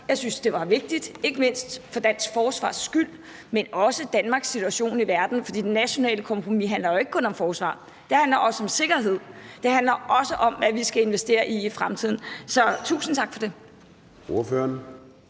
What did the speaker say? Jeg synes, det var vigtigt, ikke mindst for dansk forsvars skyld, men også på grund af Danmarks situation i verden, for det nationale kompromis handler jo ikke kun om forsvar; det handler også om sikkerhed, og det handler også om, hvad vi skal investere i i fremtiden. Så tusind tak for det.